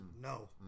no